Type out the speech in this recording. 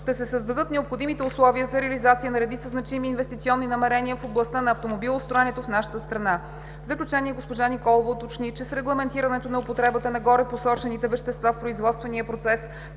ще се създадат необходимите условия за реализацията на редица значими инвестиционни намерения в областта на автомобилостроенето в нашата страна. В заключение госпожа Николова уточни, че с регламентирането на употребата на горепосочените вещества в производствения процес